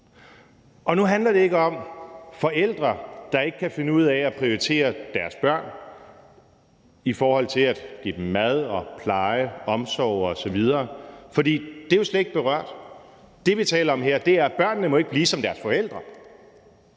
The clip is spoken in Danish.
Og nu handler det ikke om forældre, der ikke kan finde ud af at prioritere deres børn i forhold til at give dem mad, pleje og omsorg osv., for det er jo slet ikke berørt. Det, vi taler om her, er, at børnene ikke må blive som deres forældre.